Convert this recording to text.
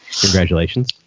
Congratulations